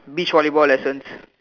beach volleyball lessons